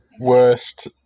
worst